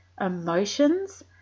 emotions